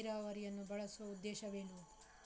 ಹನಿ ನೀರಾವರಿಯನ್ನು ಬಳಸುವ ಉದ್ದೇಶವೇನು?